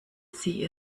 sie